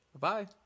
Bye